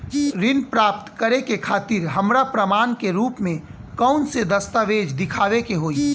ऋण प्राप्त करे के खातिर हमरा प्रमाण के रूप में कउन से दस्तावेज़ दिखावे के होइ?